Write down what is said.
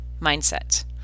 mindset